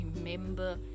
Remember